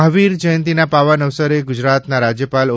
મહાવીર જયંતિના પાવન અવસરે ગુજરાતના રાજ્યપાલ ઓ